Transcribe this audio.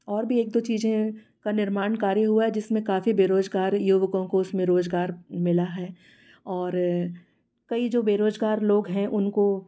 और भी एक दो चीज़ें हैं का निर्माण कार्य हुआ है जिसमें काफ़ी बेरोज़गार युवकों को उसमें रोज़गार मिला है और कई जो बेरोज़गार लोग हैं उनको